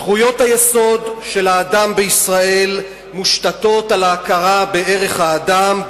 זכויות היסוד של האדם בישראל מושתתות על ההכרה בערך האדם,